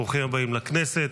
ברוכים הבאים לכנסת.